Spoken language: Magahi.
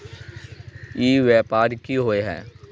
ई व्यापार की होय है?